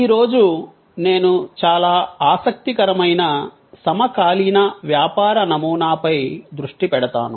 ఈ రోజు నేను చాలా ఆసక్తికరమైన సమకాలీన వ్యాపార నమూనాపై దృష్టి పెడతాను